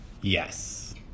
yes